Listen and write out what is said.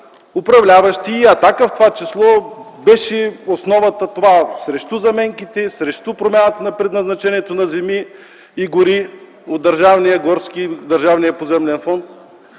управляващите, и „Атака” в това число, основата беше срещу заменките, срещу промяната на предназначението на земи и гори от държавния горски и държавния поземлен фонд.